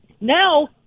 Now